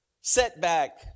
setback